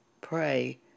pray